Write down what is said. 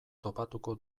topatuko